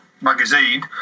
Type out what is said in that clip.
magazine